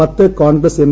പത്ത് കോൺഗ്രസ്സ് എം